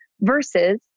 Versus